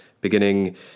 beginning